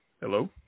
Hello